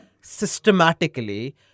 systematically